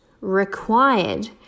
required